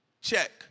check